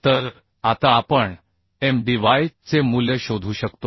तर आता आपण M d y चे मूल्य शोधू शकतो